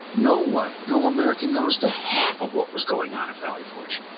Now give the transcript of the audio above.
no one, no american knows the half of what was going on at valley forge.